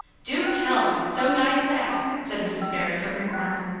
du tell! so nigh's that! said mrs. barry from her corner.